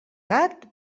gat